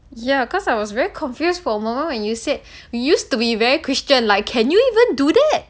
ya cause I was very confused for a moment when you said we used to be very christian like can you even do that